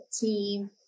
team